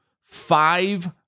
five